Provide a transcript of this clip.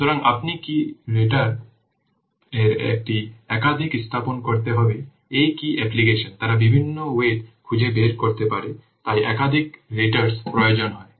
সুতরাং আপনি কি রেটার এর একটি একাধিক স্থাপন করতে হবে এই কি অ্যাপ্লিকেশন তারা বিভিন্ন ওয়েট খুঁজে বের করতে পারে তাই একাধিক রেটার্স প্রয়োজন হয়